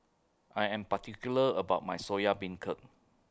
I Am particular about My Soya Beancurd